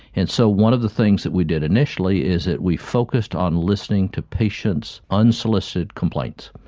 and so one of the things that we did initially is that we focused on listening to patients' unsolicited complaints,